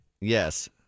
Yes